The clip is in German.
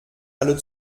alle